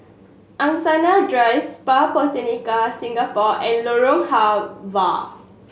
Angsana Drive Spa Botanica Singapore and Lorong Halwa